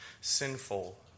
sinful